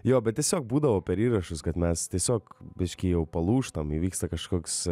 jo bet tiesiog būdavo per įrašus kad mes tiesiog biškį jau palūžtam įvyksta kažkoks